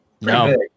No